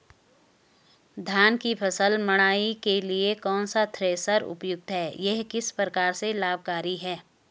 धान की फसल मड़ाई के लिए कौन सा थ्रेशर उपयुक्त है यह किस प्रकार से लाभकारी है?